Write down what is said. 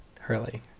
hurley